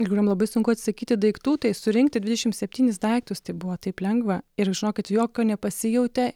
ir kuriom labai sunku atsisakyti daiktų tai surinkti dvidešimt septynis daiktus tai buvo taip lengva ir žinokit jokio nepasijautė